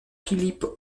clips